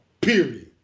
Period